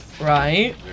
Right